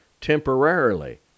temporarily